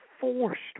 forced